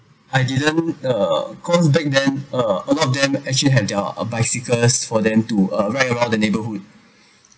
I didn't uh cause back then uh a lot of them actually had their uh bicycle for them to uh ride around the neighbourhood